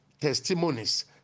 testimonies